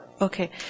Okay